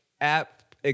app